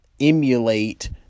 emulate